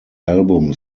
album